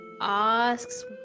asks